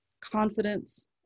confidence